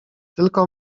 tylko